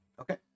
Okay